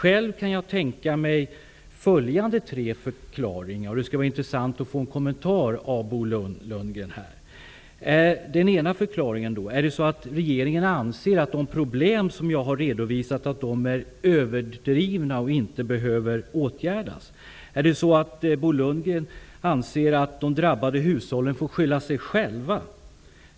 Jag kan tänka mig följande tre förklaringar, och det skulle vara intressant med en kommentar av Bo Är det så att regeringen anser att de problem som jag har redovisat är överdrivna och inte behöver åtgärdas? Är det så att Bo Lundgren anser att de drabbade hushållen får skylla sig själva?